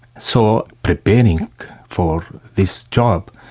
so preparing for this job,